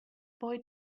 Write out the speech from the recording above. boy